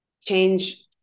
change